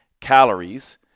calories